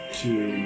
two